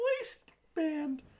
waistband